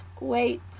wait